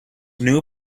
new